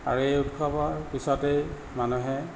আৰু এই উৎসৱৰ পিছতেই মানুহে